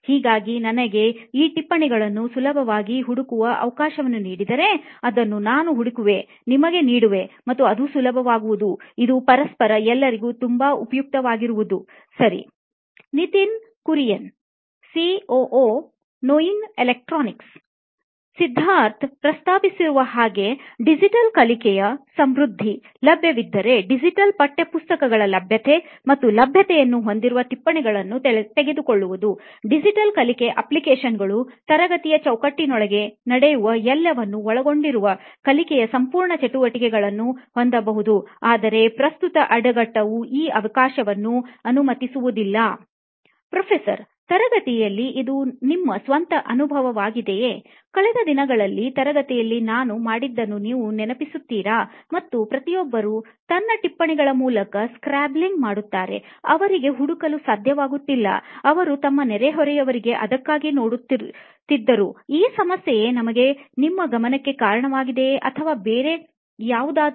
ಹಾಗಾಗಿ ನನಗೆ ಈ ಟಿಪ್ಪಣಿಗಳನ್ನು ಸುಲಭವಾಗಿ ಹುಡುಕುವ ಅವಕಾಶವನ್ನು ನೀಡಿದರೆ ಅದನ್ನು ನಾನು ಹುಡುಕುವೆ ನಿಮಗೆ ನೀಡುವೆ ಮತ್ತು ಅದು ಸುಲಭವಾಗುವುದು ಇದು ಪರಸ್ಪರ ಎಲ್ಲರಿಗೂ ತುಂಬಾ ಉಪಯುಕ್ತವಾಗುವುದು ಸರಿ ನಿತಿನ್ ಕುರಿಯನ್ ಸಿಒಒ ನೋಯಿನ್ ಎಲೆಕ್ಟ್ರಾನಿಕ್ಸ್ ಸಿದ್ಧಾರ್ಥ್ ಪ್ರಸ್ತಾಪಿಸುವ ಹಾಗೆ digital ಕಲಿಕೆಯ ಸಮೃದ್ಧಿ ಲಭ್ಯವಿದ್ದರೆ digital ಪಠ್ಯಪುಸ್ತಕಗಳ ಲಭ್ಯತೆ ಮತ್ತು ಲಭ್ಯತೆಯನ್ನು ಹೊಂದಿರುವ ಟಿಪ್ಪಣಿಗಳನ್ನು ತೆಗೆದುಕೊಳ್ಳುವುದು digital ಕಲಿಕೆ applicationಗಳು ತರಗತಿಯ ಚೌಕಟ್ಟಿನೊಳಗೆ ನಡೆಯುವ ಎಲ್ಲವನ್ನೂ ಒಳಗೊಂಡಿರುವ ಕಲಿಕೆಯ ಸಂಪೂರ್ಣ ಚಟುವಟಿಕೆಗಳನ್ನೂ ಹೊಂದಬಹುದು ಆದರೆ ಪ್ರಸ್ತುತ ಅಡಿಗಟ್ಟುವು ಈ ಅವಕಾಶವನ್ನು ಅನುಮತಿಸುವುದಿಲ್ಲ ಪ್ರೊಫೆಸರ್ ತರಗತಿಯಲ್ಲಿ ಇದು ನಿಮ್ಮ ಸ್ವಂತ ಅನುಭವವಾಗಿದೆಯೇ ಕಳೆದ ದಿನಗಳಲ್ಲಿ ತರಗತಿಯಲ್ಲಿ ನಾನು ಮಾಡಿದ್ದನ್ನು ನೀವು ನೆನಪಿಸುತ್ತೀರಾ ಮತ್ತು ಪ್ರತಿಯೊಬ್ಬರೂ ತಮ್ಮ ಟಿಪ್ಪಣಿಗಳ ಮೂಲಕ ಸ್ಕ್ರಾಂಬ್ಲಿಂಗ್ ಮಾಡುತ್ತಿದ್ದರು ಅವರಿಗೆ ಹುಡುಕಲು ಸಾಧ್ಯವಾಗುತ್ತಿರಲಿಲ್ಲ ಅವರು ತಮ್ಮ ನೆರೆಹೊರೆಯವರನ್ನು ಅದಕ್ಕಾಗಿ ನೋಡುತ್ತಿದ್ದರು ಈ ಸಮಸ್ಯೆಯೇ ನಿಮ್ಮ ಗಮನಕ್ಕೆ ಕಾರಣವಾಗಿದೆಯೇ ಅಥವಾ ಅದು ಬೇರೆ ಯಾವುದೋ